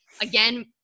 again